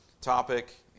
topic